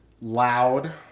loud